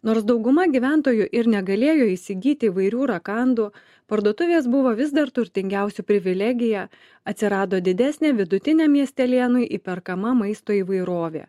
nors dauguma gyventojų ir negalėjo įsigyti įvairių rakandų parduotuvės buvo vis dar turtingiausių privilegija atsirado didesnė vidutiniam miestelėnui įperkama maisto įvairovė